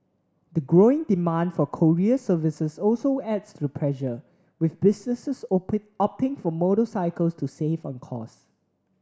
the growing demand for courier services also adds to the pressure with businesses opting for motorcycles to save on costs